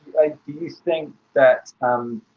i think that, um,